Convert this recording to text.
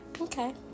Okay